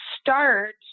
start